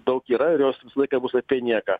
daug yra ir jos visą laiką bus apie nieką